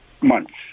months